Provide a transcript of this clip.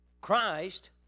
Christ